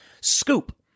scoop